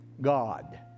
God